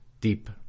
deep